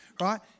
Right